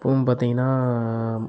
இப்போவும் பார்த்திங்கன்னா